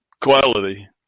quality